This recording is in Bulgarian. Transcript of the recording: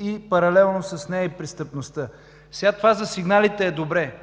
а паралелно с нея и престъпността. Това за сигналите е добре,